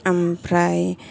ओमफ्राय